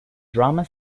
drama